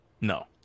no